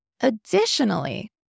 Additionally